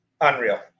Unreal